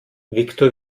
viktor